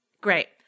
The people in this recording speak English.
Great